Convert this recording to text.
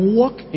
walk